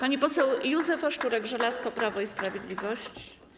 Pani poseł Józefa Szczurek-Żelazko, Prawo i Sprawiedliwość.